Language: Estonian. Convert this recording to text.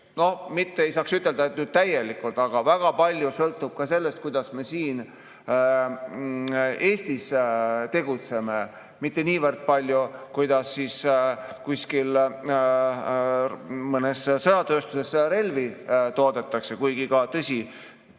noh, ei saa ütelda, et täielikult, aga väga palju sõltub ka sellest, kuidas me siin Eestis tegutseme, mitte niivõrd palju sellest, kuidas kuskil mõnes sõjatööstuses relvi toodetakse, kuigi tõsi,